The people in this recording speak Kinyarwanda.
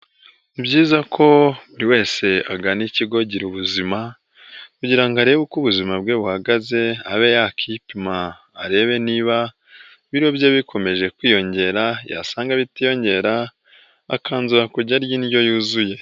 Ni byiza ko buri wese agana ikigo gira ubuzima kugira arebe uko ubuzima bwe buhagaze abe yakipima arebe niba ibiro bye bikomeje kwiyongera yasanga bitiyongera akanzu kujya arya indyo yuzuye.